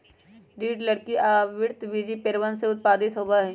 दृढ़ लकड़ी आवृतबीजी पेड़वन से उत्पादित होबा हई